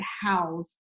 house